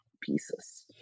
Pieces